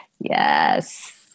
Yes